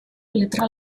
letra